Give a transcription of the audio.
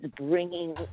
bringing